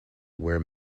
where